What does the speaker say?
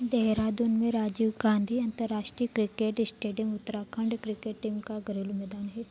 देहरादून में राजीव गांधी अंतर्राष्ट्रीय cricket stadium Uttarakhand cricket team का घरेलू मैदान है